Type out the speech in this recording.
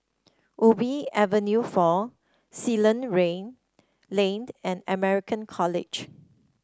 Ubi Avenue Four Ceylon Lane and American College